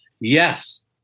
yes